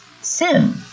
sin